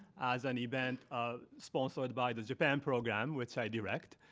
as an event ah sponsored by the japan program, which i direct.